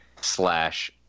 slash